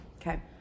Okay